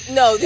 no